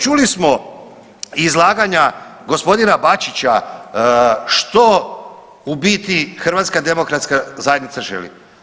Čuli smo iz izlaganja gospodina Bačića što u biti HDZ želi.